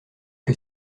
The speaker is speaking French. que